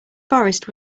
forest